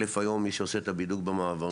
אל"ף היום מי שעושה את הבידוק במעברים,